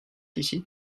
ici